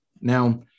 Now